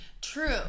True